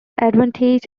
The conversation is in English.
advantage